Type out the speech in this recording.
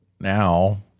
now